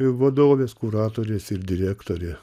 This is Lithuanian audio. vadovės kuratorės ir direktorė